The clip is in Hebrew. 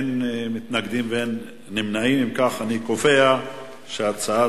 ההצעה להעביר את הצעת